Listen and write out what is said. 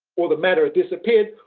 or the matter had disappeared,